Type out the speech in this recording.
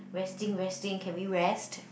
resting resting can we rest